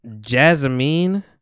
Jasmine